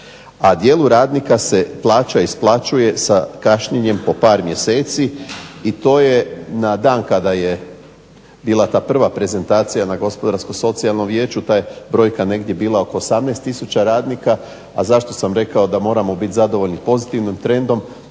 a dijelu radnika se plaća isplaćuje sa kašnjenjem po par mjeseci i to je na dan kada je bila ta prva prezentacija na Gospodarsko-socijalnom vijeću ta brojka je bila negdje oko 18 tisuća radnika. A zašto sam rekao da moramo biti zadovoljni pozitivnim trendom,